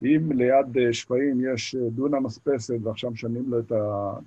אם ליד שפעים יש דונה מספסת ועכשיו משנים לה את ה...